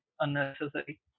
unnecessary